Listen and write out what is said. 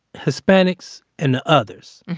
hispanics and others,